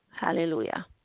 Hallelujah